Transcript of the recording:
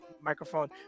microphone